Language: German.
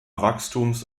wachstums